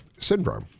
syndrome